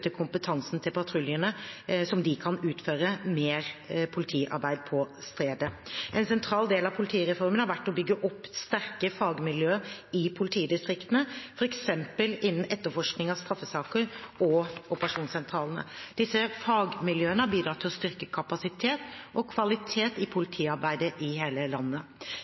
kompetansen til patruljene kan de utføre mer politiarbeid på stedet. En sentral del av politireformen har vært å bygge opp sterke fagmiljøer i politidistriktene, f.eks. innen etterforskning av straffesaker og operasjonssentralene. Disse fagmiljøene har bidratt til styrket kapasitet og kvalitet i politiarbeidet i hele landet.